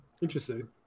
interesting